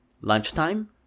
lunchtime